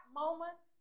moment